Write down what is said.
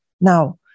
Now